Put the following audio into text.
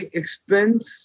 expense